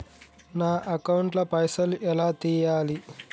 నా అకౌంట్ ల పైసల్ ఎలా తీయాలి?